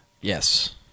Yes